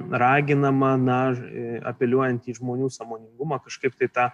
raginama na apeliuojant į žmonių sąmoningumą kažkaip tai tą